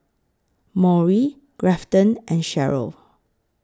Maury Grafton and Cheryle